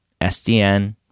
SDN